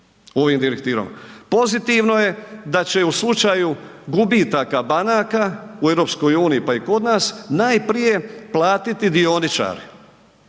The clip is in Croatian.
Pozitivno je da će u slučaju gubitaka banaka u EU pa i kod nas najprije platiti dioničari.